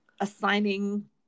assigning